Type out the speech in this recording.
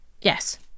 Yes